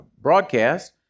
broadcast